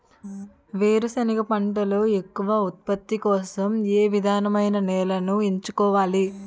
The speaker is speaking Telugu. వేరుసెనగ పంటలో ఎక్కువ ఉత్పత్తి కోసం ఏ విధమైన నేలను ఎంచుకోవాలి?